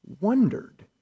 wondered